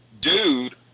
dude